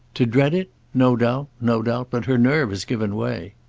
to dread it? no doubt no doubt. but her nerve has given way.